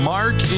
Mark